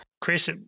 Chris